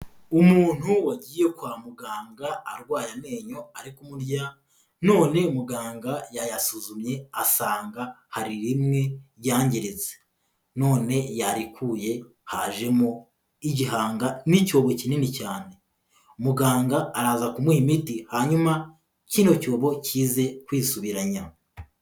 Umuntu wagiye kwa muganga arwaye amenyo ari kumurya, none muganga yayasuzumye asanga hari rimwe ryangiritse, none yarikuye hajemo igihanga n'icyobo kinini cyane, muganga araza kumuha imiti hanyuma kino cyobo kize kwisubiranya.